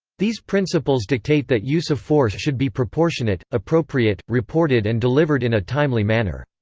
these principles dictate that use of force should be proportionate, appropriate, reported and delivered in a timely manner.